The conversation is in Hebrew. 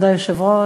כבוד היושב-ראש,